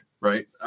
Right